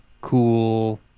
cool